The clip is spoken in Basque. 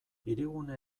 hirigune